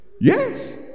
Yes